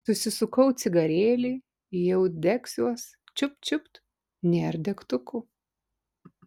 susisukau cigarėlį jau degsiuos čiupt čiupt nėr degtukų